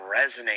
resonate